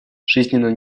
жизненно